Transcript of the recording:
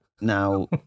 Now